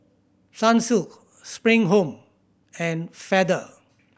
Sunsilk Spring Home and Feather